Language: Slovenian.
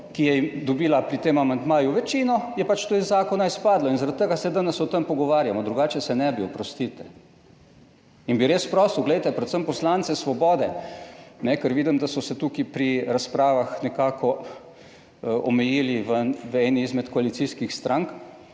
ki je dobila pri tem amandmaju večino, je pač to iz zakona izpadlo in zaradi tega se danes o tem pogovarjamo, drugače se ne bi, oprostite. In bi res prosil, glejte predvsem poslance Svobode, ker vidim, da so se tukaj pri razpravah nekako omejili v eni izmed koalicijskih strank,